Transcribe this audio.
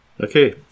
Okay